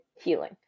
healing